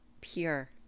pure